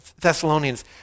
Thessalonians